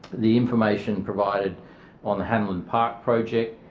the information provided on the hanlon park project,